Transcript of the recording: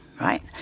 right